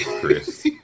Chris